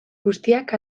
guztiak